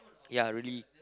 yeah really